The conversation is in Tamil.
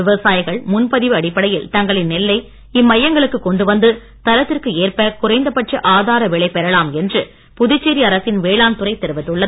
விவசாயிகள் முன்பதிவு அடிப்படையில் தங்களின் நெல்லை இம்மையங்களுக்கு கொண்டு வந்து தரத்திற்கு ஏற்ப குறைந்த பட்ச ஆதார விலை பெறலாம் என்று புதுச்சேரி அரசின் வேளாண் துறை தெரிவித்துள்ளது